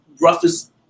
Roughest